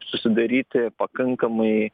susidaryti pakankamai